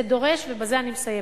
זה דורש, ובזה אני מסיימת,